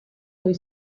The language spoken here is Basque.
ohi